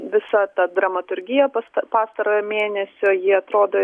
visa ta dramaturgija pasta pastarojo mėnesio ji atrodo